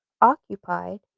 occupied